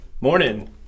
Morning